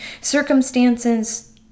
Circumstances